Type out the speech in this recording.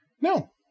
No